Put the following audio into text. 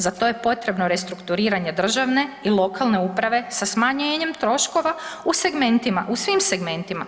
Za to je potrebno restrukturiranje državne i lokalne uprave sa smanjenjem troškova u segmentima, u svim segmentima.